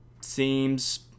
seems